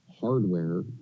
Hardware